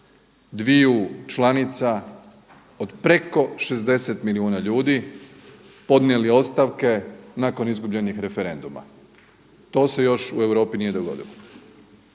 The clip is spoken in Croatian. dviju članica od preko 60 milijuna ljudi podnijeli ostavke nakon izgubljenih referenduma. To se još u Europi nije dogodilo.